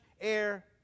air